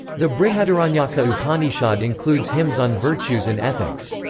the brihadaranyaka upanishad includes hymns on virtues and ethics.